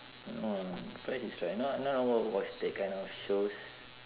no no price is right not not not watch that kind of shows